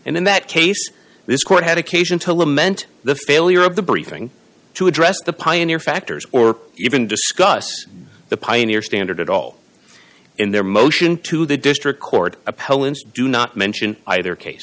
and in that case this court had occasion to lament the failure of the briefing to address the pioneer factors or even discuss the pioneer standard at all in their motion to the district court appellant do not mention either case